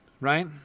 right